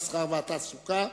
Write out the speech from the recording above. המסחר והתעסוקה,